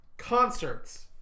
Concerts